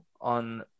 on